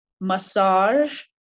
massage